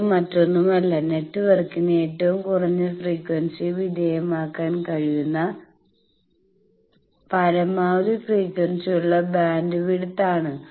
ഇത് മറ്റൊന്നുമല്ല നെറ്റ്വർക്കിന് ഏറ്റവും കുറഞ്ഞ ഫ്രീക്വൻസിക്ക് വിധേയമാക്കാൻ കഴിയുന്ന പരമാവധി ഫ്രീക്വൻസിയുള്ള ബാൻഡ് വിഡ്ത് ആണ്